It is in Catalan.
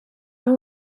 amb